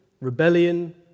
rebellion